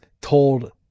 told